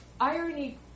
irony